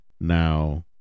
now